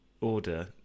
order